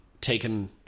taken